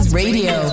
radio